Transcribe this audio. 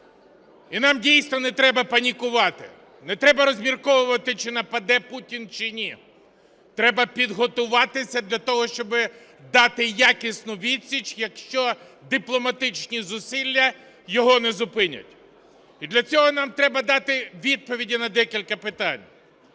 І нам, дійсно, не треба панікувати, не треба розмірковувати, чи нападе Путін, чи ні, треба підготуватися для того, щоби дати якісну відсіч, якщо дипломатичні зусилля його не зупинять. І для цього нам треба дати відповіді на декілька питань.